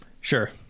Sure